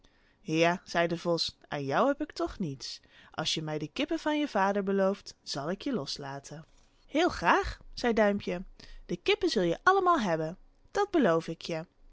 ja zei de vos aan jou heb ik toch niets als je mij de kippen van je vader belooft zal ik je loslaten heel graâg zei duimpje de kippen zul je allemaal hebben dat beloof ik je